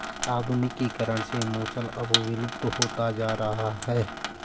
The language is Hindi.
आधुनिकीकरण से मूसल अब विलुप्त होता जा रहा है